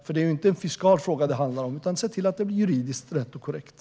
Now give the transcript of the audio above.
Det handlar inte om en fiskal fråga utan om att det blir juridiskt korrekt.